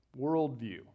worldview